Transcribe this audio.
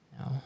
no